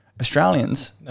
Australians